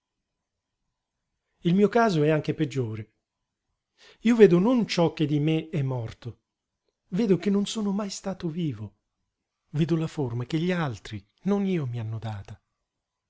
il mio caso è anche peggiore io vedo non ciò che di me è morto vedo che non sono mai stato vivo vedo la forma che gli altri non io mi hanno data